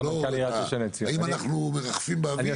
האם אנחנו מרחפים באוויר?